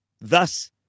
Thus